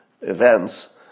events